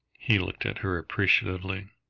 he looked at her appreciatively.